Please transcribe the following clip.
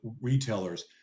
retailers